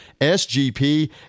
SGP